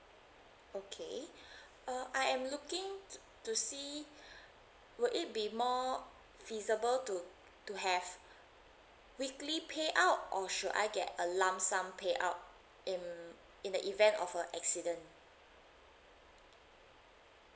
okay uh I am looking to see would it be more feasible to to have weekly payout or should I get a lump sum payout in in the event of a accident